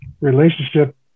relationship